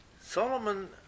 Solomon